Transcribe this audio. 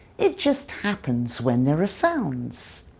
it just happens when there are sounds.